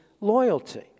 loyalty